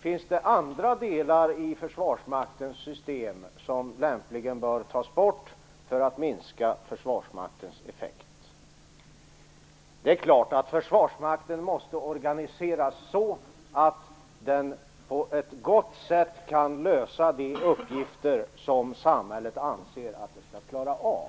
Finns det andra delar i Försvarsmaktens system som lämpligen bör tas bort för att minska Försvarsmaktens effekt? Det är klart att Försvarsmakten måste organiseras så, att den på ett gott sätt kan lösa de uppgifter som samhället anser att den skall klara av.